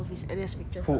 who jun min